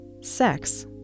Sex